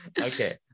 Okay